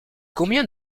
combien